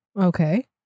Okay